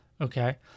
okay